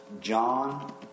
John